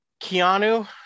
Keanu